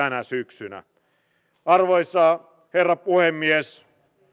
tänä syksynä arvoisa herra puhemies